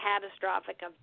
catastrophic